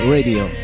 Radio